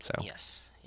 Yes